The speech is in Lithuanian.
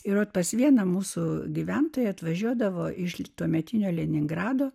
yra pas vieną mūsų gyventojai atvažiuodavo iš tuometinio leningrado